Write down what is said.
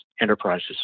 enterprises